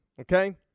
okay